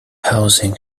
housing